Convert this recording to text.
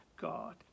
God